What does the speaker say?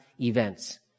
events